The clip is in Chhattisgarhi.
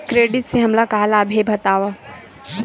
क्रेडिट से हमला का लाभ हे बतावव?